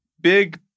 big